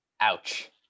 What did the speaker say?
ouch